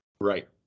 Right